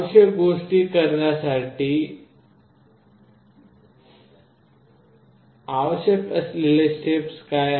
आवश्यक गोष्टी करण्यासाठी येथे आवश्यक असलेल्या स्टेप्स काय आहेत